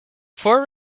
four